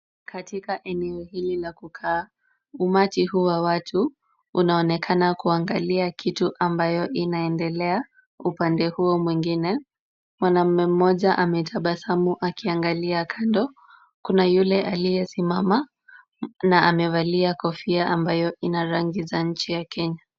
Katika eneo hili la kukaa umati huu wa watu unaonekana kuangalia kitu ambayo inaendelea upande huo mwingine. Mwanamume mmoja ametabasamu akiangalia kando, kuna yule aliyesimama na amevalia kofia ambayo ina rangi za nchi ya Kenya.